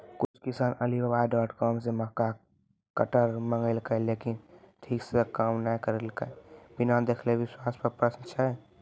कुछ किसान Alibaba dot com से मक्का कटर मंगेलके लेकिन ठीक से काम नेय करलके, बिना देखले विश्वास पे प्रश्न छै?